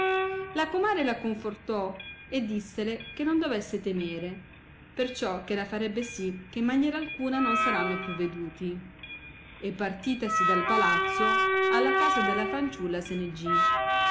la comare la confortò e dissele che non dovesse temere perciò che la farebbe sì che in maniera alcuna non saranno più veduti e partitasi dal palazzo alla casa della fanciulla se ne gì